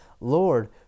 Lord